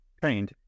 trained